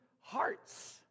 hearts